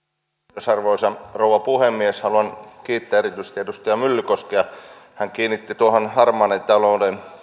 arvoisa arvoisa rouva puhemies haluan kiittää erityisesti edustaja myllykoskea hän kiinnitti tuohon harmaan talouden